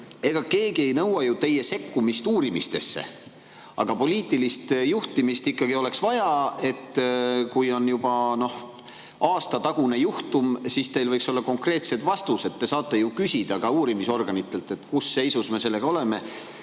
Ega keegi ei nõua ju teie sekkumist uurimistesse. Aga poliitilist juhtimist ikkagi oleks vaja ja kui on juba, noh, aastatagune juhtum, siis teil võiks olla konkreetsed vastused. Te saate ju küsida ka uurimisorganitelt, mis seisus me selle või